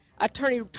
Attorney